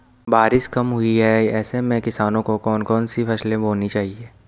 बारिश कम हुई है ऐसे में किसानों को कौन कौन सी फसलें बोनी चाहिए?